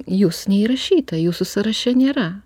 jūs neįrašyta jūsų sąraše nėra